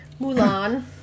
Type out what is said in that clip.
Mulan